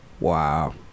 Wow